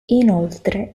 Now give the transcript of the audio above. inoltre